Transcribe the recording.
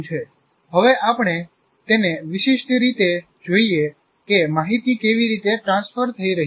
હવે આપણે તેને વિશિષ્ઠ રીતે જોઈએ કે માહિતી કેવી રીતે ટ્રાન્સફર થઈ રહી છે